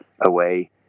away